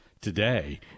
today